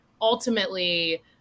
ultimately